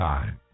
Time